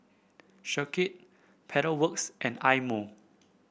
Schick Pedal Works and Eye Mo